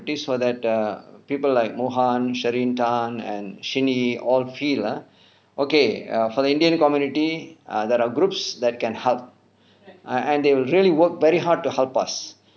so that err people like mohan sherine tan and shin yee all feel ah okay err for the indian community ah that are groups that can help and they will really work very hard to help us